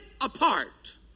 apart